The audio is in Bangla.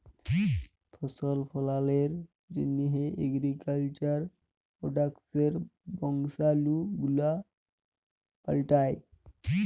ফসল ফললের জন্হ এগ্রিকালচার প্রডাক্টসের বংশালু গুলা পাল্টাই